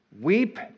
Weep